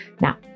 Now